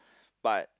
but